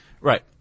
Right